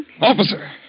Officer